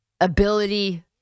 ability